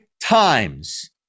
times